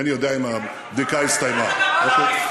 אינני יודע אם הבדיקה הסתיימה, אוקיי?